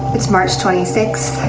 it's nice. twenty six.